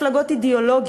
נגד מפלגות אידיאולוגיות,